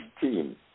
team